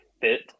fit